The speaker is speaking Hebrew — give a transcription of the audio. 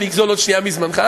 ואני אגזול עוד שנייה מזמנך,